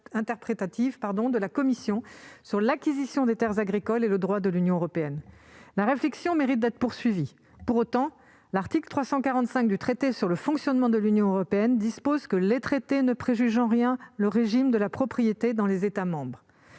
de la Commission sur l'acquisition de terres agricoles et le droit de l'Union européenne. La réflexion mérite d'être poursuivie. Pour autant, l'article 345 du traité sur le fonctionnement de l'Union européenne dispose :« Les traités ne préjugent en rien le régime de la propriété dans les États membres.